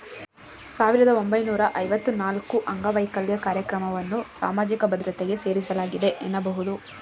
ಸಾವಿರದ ಒಂಬೈನೂರ ಐವತ್ತ ನಾಲ್ಕುಅಂಗವೈಕಲ್ಯ ಕಾರ್ಯಕ್ರಮವನ್ನ ಸಾಮಾಜಿಕ ಭದ್ರತೆಗೆ ಸೇರಿಸಲಾಗಿದೆ ಎನ್ನಬಹುದು